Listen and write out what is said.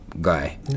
guy